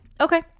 Okay